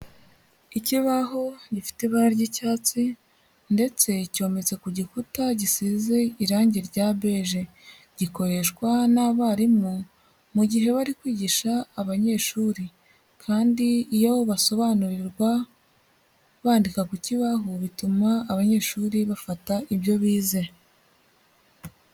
Ikibaho gifite ibara ry'icyatsi ndetse cyometse ku gikuta gisize irange rya beje, gikoreshwa n'abarimu mu gihe bari kwigisha abanyeshuri, kandi iyo basobanurirwa bandika ku kibaho bituma abanyeshuri bafata ibyo bize.